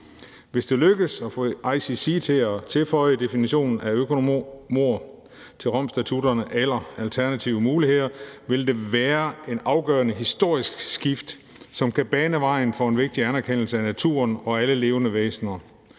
Hvis det lykkes at få ICC til at tilføje definitionen på økomord til Romstatutten eller alternative muligheder, vil det være et afgørende historisk skift, som kan bane vejen for en vigtig anerkendelse af naturen og alle levende væsener